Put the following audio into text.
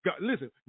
Listen